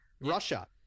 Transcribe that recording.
Russia